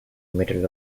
middle